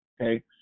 Okay